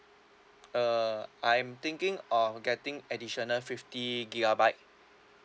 uh I'm thinking of getting additional fifty gigabyte